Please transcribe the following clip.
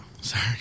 sorry